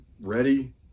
ready